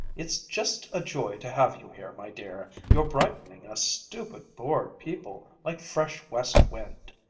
it's just a joy to have you here, my dear. you're brightening us stupid, bored people like fresh west wind!